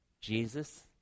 Jesus